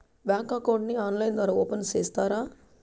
Bank account ని online ద్వారా open సేస్తారా?